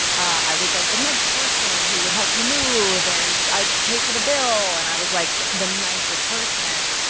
i was like the next person who would help you move, and i'd pay for the bill. and i was like the nicest person,